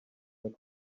that